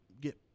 get